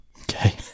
Okay